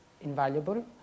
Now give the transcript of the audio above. invaluable